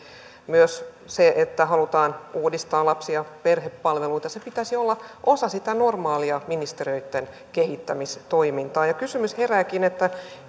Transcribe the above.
myös sen että halutaan uudistaa lapsi ja perhepalveluita pitäisi olla osa sitä normaalia ministeriöitten kehittämistoimintaa kysymys herääkin